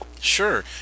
Sure